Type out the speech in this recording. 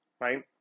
right